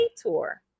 tour